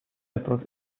settled